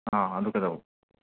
ꯑꯥ ꯑꯗꯨ ꯀꯩꯗꯧꯕ